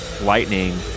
Lightning